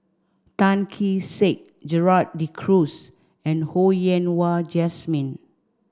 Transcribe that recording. Tan Kee Sek Gerald De Cruz and Ho Yen Wah Jesmine